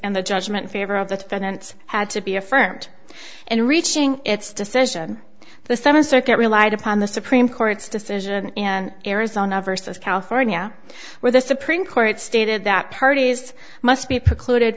and the judgment favor of the tenants had to be affirmed and reaching its decision the seven circuit relied upon the supreme court's decision in arizona versus california where the supreme court stated that parties must be precluded